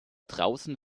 draußen